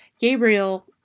Gabriel